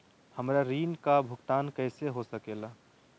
हमरा ऋण का भुगतान कैसे हो सके ला?